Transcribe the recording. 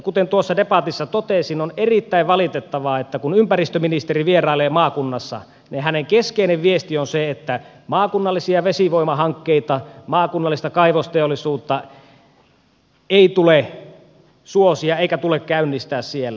kuten tuossa debatissa totesin on erittäin valitettavaa että kun ympäristöministeri vierailee maakunnassa niin hänen keskeinen viestinsä on se että maakunnallisia vesivoimahankkeita maakunnallista kaivosteollisuutta ei tule suosia eikä tule käynnistää siellä